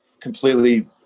completely